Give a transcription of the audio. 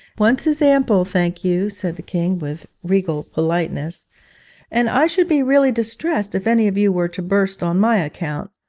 once is ample, thank you said the king, with regal politeness and i should be really distressed if any of you were to burst on my account.